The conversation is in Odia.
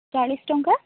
ଚାଳିଶ ଟଙ୍କା